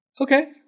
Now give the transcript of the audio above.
okay